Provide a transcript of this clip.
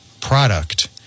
product